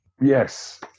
Yes